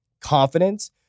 confidence